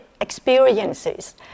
experiences